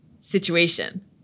situation